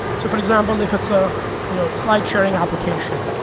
so, for example, if it's a you know slide-sharing application,